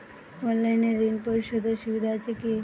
অনলাইনে ঋণ পরিশধের সুবিধা আছে কি?